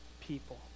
people